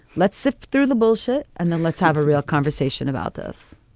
let's sift through the bullshit and then let's have a real conversation about this.